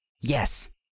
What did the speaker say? Yes